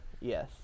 Yes